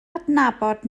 adnabod